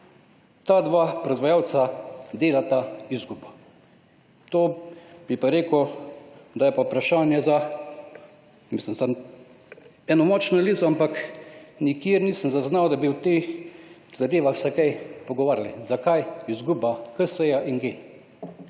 ta dva proizvajalca delata izgubo. To bi pa rekel, da je pa vprašanje za, mislim, za eno močno analizo, ampak, nikjer nisem zaznal, da bi o teh zadevah se kaj pogovarjali. Zakaj izguba HS-ja in